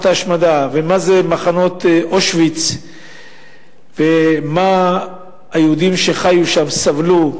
ההשמדה ומה זה מחנה אושוויץ ומה היהודים שחיו שם סבלו.